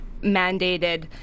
mandated